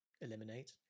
eliminate